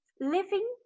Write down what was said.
living